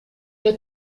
эле